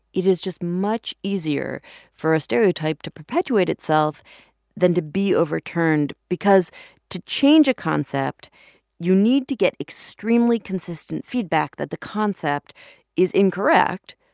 it is just much easier for a stereotype to perpetuate itself than to be overturned because to change a concept you need to get extremely consistent feedback that the concept is incorrect.